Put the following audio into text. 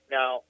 Now